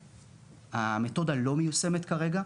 המתודה לא מיושמת כרגע.